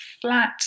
flat